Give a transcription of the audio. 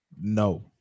No